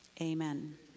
Amen